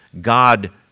God